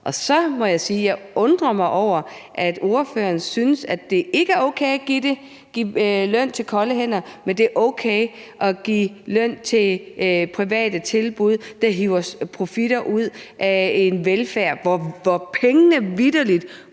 Og så må jeg sige, at jeg undrer mig over, at ordføreren ikke synes, at det er okay at give løn til kolde hænder, men at det er okay at give løn til ansatte i private tilbud, der hiver profitter ud af et velfærdsområde, hvor pengene vitterlig